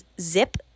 zip